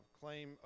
claim